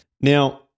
Now